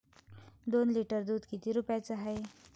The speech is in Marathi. दोन लिटर दुध किती रुप्याचं हाये?